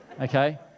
okay